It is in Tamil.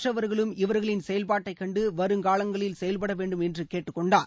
மற்றவர்களும் இவர்களின் செயல்பாட்டை கண்டு வருங்காலங்களில் செயல்பட வேண்டும் என்று கேட்டுக் கொண்டார்